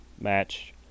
match